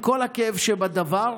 עם כל הכאב שבדבר,